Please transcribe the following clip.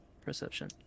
Perception